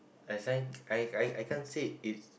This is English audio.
must I I can't say is